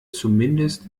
zumindest